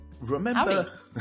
Remember